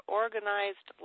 organized